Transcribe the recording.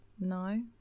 No